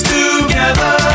together